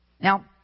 Now